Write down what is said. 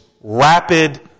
rapid